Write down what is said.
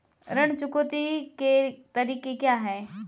ऋण चुकौती के तरीके क्या हैं?